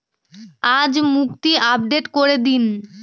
আজ মুক্তি আপডেট করে দিন